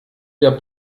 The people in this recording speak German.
der